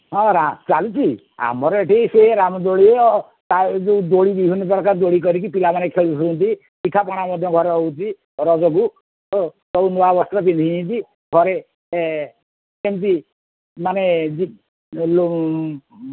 ହଁ ଚାଲିଛି ଆମର ଏଇଠି ସେ ରାମଦୋଳି ଆଉ ଯେଉଁ ଦୋଳି ବିଭିନ୍ନପ୍ରକାର ଦୋଳି କରିକି ପିଲାମାନେ ଖେଳୁଛନ୍ତି ପିଠାପଣା ମଧ୍ୟ ଘରେ ହେଉଛି ରଜକୁ ସବୁ ନୂଆବସ୍ତ୍ର ପିନ୍ଧିଛନ୍ତି ଘର ଏମିତି ମାନେ ଯେଉଁ